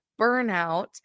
burnout